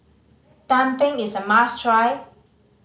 tumpeng is a must try